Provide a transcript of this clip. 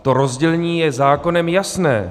To rozdělení je zákonem jasné.